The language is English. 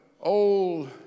old